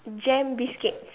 gem biscuits